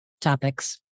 topics